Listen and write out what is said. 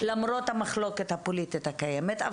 למרות המחלוקת הפוליטית הקיימת,